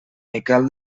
miquel